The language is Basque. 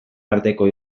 arteko